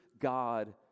God